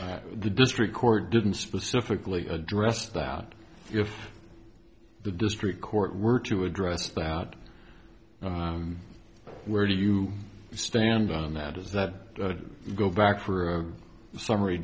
that the district court didn't specifically address that if the district court were to address that where do you stand on that is that you go back through a summary